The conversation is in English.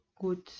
good